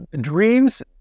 dreams